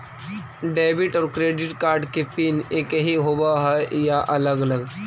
Debit और credit card के PIN एकही होव हइ या अलग अलग?